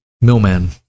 Millman